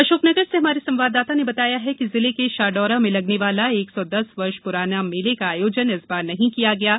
अशोकनगर से हमारे संवाददाता ने बताया है कि जिले के शाडौरा में लगने वाला एक सौ दस वर्ष पुराना मेले का आयोजन इस बार नहीं किया गया है